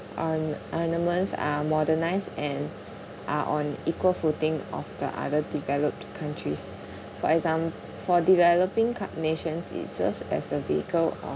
arm~ armaments are modernised and are on equal footing of the other developed countries for exam~ for developing cou~ nations it serves as a vehicle of